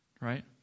right